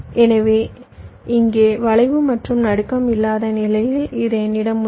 எனவே இங்கே வளைவு மற்றும் நடுக்கம் இல்லாத நிலையில் இது என்னிடம் உள்ளது